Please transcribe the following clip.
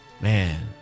Man